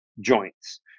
Joints